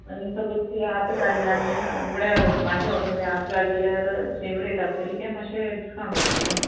आनी सपोज ती आत काड्ल आनी म्हुळ्यार मागीर वोसों जाय आत काड्ल जाल्यार सेम रेट आसतोली काय मातशें डिसकावंट आसतोलें